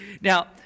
Now